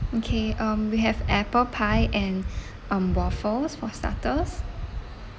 okay um we have apple pie and um waffles for starters